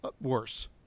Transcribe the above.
worse